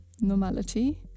normality